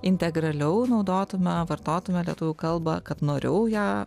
integraliau naudotume vartotume lietuvių kalbą kad noriau ją